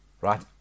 right